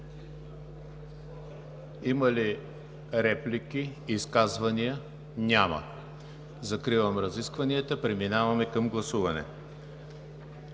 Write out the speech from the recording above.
Има ли реплики? Изказвания? Няма. Закривам разискванията. Преминаваме към гласуване.